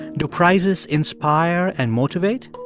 do prizes inspire and motivate,